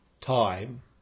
time